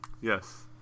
Yes